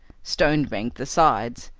stone-banked the sides,